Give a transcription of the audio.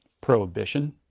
prohibition